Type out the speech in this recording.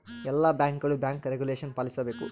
ಎಲ್ಲ ಬ್ಯಾಂಕ್ಗಳು bank regulation ಪಾಲಿಸಬೇಕು